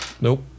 Nope